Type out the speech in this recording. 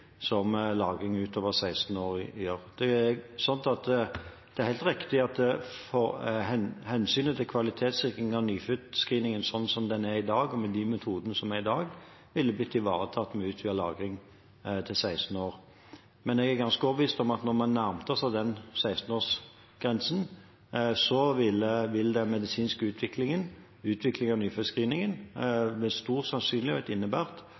som lagring utover 16 år gir. Det er helt riktig at hensynet til kvalitetssikring av nyfødtscreeningen slik som den er i dag, med de metodene som er i dag, ville blitt ivaretatt med utvidet lagring til 16 år. Men jeg er ganske overbevist om at når man nærmet seg den 16-årsgrensen, ville den medisinske utviklingen av nyfødtscreeningen med stor sannsynlighet innebåret at det hadde meldt seg et behov for en utvidelse utover 16 år, og